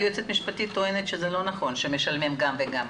היועצת המשפטית טוענת שזה לא נכון שמשלמים גם וגם.